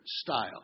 style